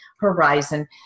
horizon